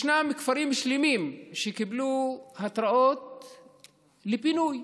ישנם כפרים שלמים שקיבלו התראות לפינוי: